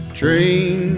train